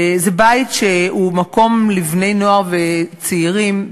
בית שהוא מקום לבני-נוער וצעירים,